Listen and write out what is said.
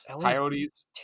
Coyotes